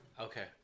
Okay